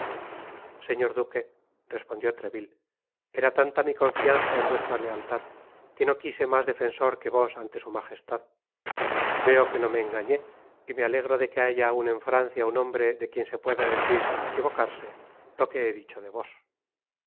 señor duque respondió treville era tanta mi confianza en vuestra lealtad que no quise mas defensor que vos ante su magestad veo que no me engañé y me alegro de que haya aun en francia un hombre de quien se pueda decir sin equivocarse lo que he dicho de vos